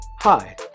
Hi